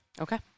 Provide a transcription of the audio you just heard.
Okay